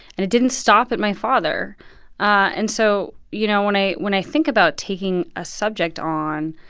and it didn't stop at my father and so, you know when i when i think about taking a subject on,